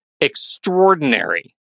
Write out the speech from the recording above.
extraordinary